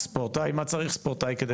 מה צריך ספורטאי כדי לקבל?